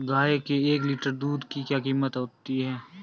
गाय के एक लीटर दूध की क्या कीमत है?